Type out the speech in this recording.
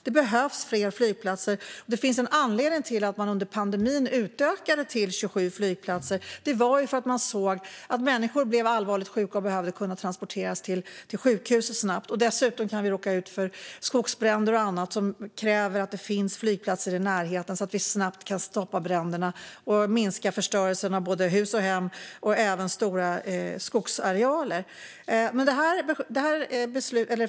Det behövs fler flygplatser, och det finns en anledning till att man under pandemin utökade till 27 flygplatser. Det var för att man såg att människor blev allvarligt sjuka och kunde behöva transporteras till sjukhus snabbt. Dessutom kan vi råka ut för skogsbränder och annat som kräver att det finns flygplatser i närheten så att vi snabbt kan stoppa bränderna och minska förstörelsen av hus och hem och även av stora skogsarealer.